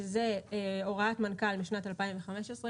מדובר בהוראת מנכ"ל משנת 2015,